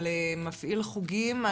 על מפעיל חוגים,